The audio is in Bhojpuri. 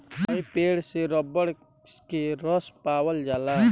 कई पेड़ से रबर के रस पावल जाला